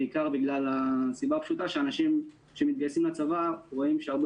בעיקר בגלל הסיבה הפשוטה שאנשים שמתגייסים לצבא רואים שהרבה